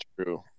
true